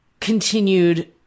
continued